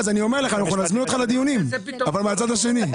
אני אומר לך שנזמין אותך לדיונים אבל מהצד השני.